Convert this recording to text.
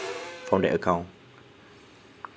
from that account